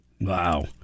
wow